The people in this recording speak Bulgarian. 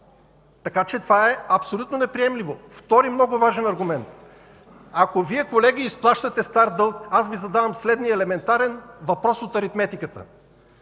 Така че това е абсолютно неприемливо. Втори много важен аргумент. Ако Вие, колеги, изплащате стар дълг, аз Ви задавам следния елементарен въпрос от аритметиката.